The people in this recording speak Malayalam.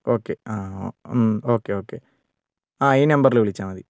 ഓക്കെ ആ ഓക്കെ ഓക്കെ ആ ഈ നമ്പറിൽ വിളിച്ചാൽ മതി